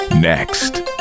Next